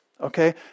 Okay